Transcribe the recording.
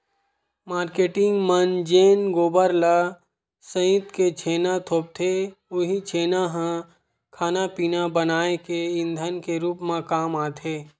marketing मन जेन गोबर ल सइत के छेना थोपथे उहीं छेना ह खाना पिना बनाए के ईधन के रुप म काम आथे